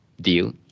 deal